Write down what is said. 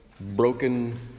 broken